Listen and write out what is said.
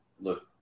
look